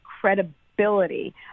credibility